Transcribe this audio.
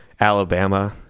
Alabama